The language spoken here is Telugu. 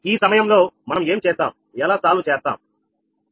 ఈ సమయంలో మనం ఏం చేస్తాం ఎలా పరిష్కరిస్తామని